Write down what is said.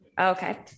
Okay